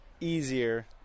easier